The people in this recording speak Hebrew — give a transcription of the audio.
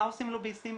מה עושים לוביסטים?